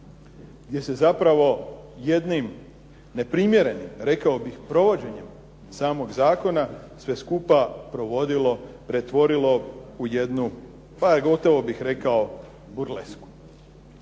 gdje se zapravo jednim neprimjerenim, rekao bih provođenjem samog zakona sve skupa provodilo, pretvorilo u jednu pa gotovo bih rekao burlesku.